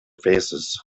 faces